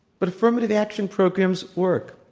but affirmative action programs work.